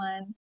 one